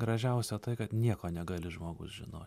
gražiausia tai kad nieko negali žmogus žinot